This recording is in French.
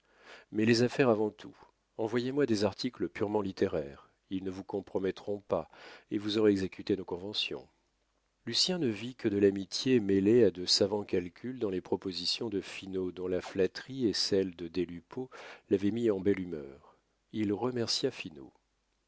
mais les affaires avant tout envoyez-moi des articles purement littéraires ils ne vous compromettront pas et vous aurez exécuté nos conventions lucien ne vit que de l'amitié mêlée à de savants calculs dans les propositions de finot dont la flatterie et celle de des lupeaulx l'avaient mis en belle humeur il remercia finot